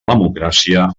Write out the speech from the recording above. democràcia